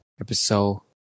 episode